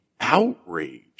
outrage